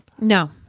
No